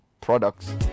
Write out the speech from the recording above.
products